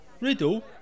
Riddle